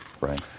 Right